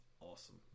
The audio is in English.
awesome